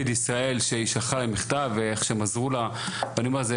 'פיד ישראל' שהיא שלחה מכתב ואיך שהם עזרו לה ואני אומר,